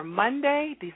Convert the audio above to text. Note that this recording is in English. Monday